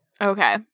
Okay